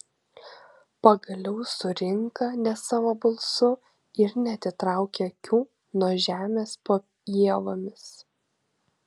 pagaliau surinka ne savo balsu ir neatitraukia akių nuo žemės po ievomis